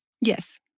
Yes